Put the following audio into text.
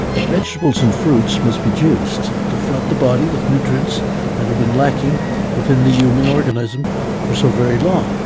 that vegetables and fruits must be juiced, to flood the body with nutrients that had been lacking within the human organism for so very long,